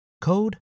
code